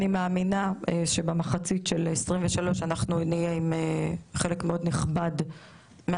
אני מאמינה שבמחצית של 2023 נהיה עם חלק מאוד נכבד מהדברים,